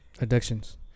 Addictions